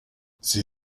sie